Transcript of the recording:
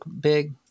big